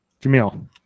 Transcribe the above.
Jamil